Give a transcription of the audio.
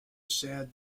sad